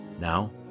Now